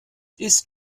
ist